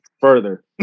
further